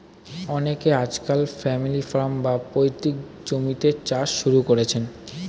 অনেকে আজকাল family farm, বা পৈতৃক জমিতে চাষ শুরু করেছেন